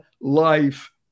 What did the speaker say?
Life